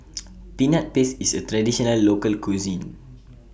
Peanut Paste IS A Traditional Local Cuisine